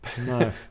No